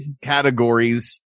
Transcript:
categories